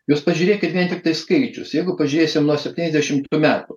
jūs pažiūrėkit vien tiktai skaičius jeigu pažiūrėsim nuo septyniasdešimtų metų